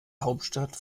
hauptstadt